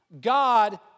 God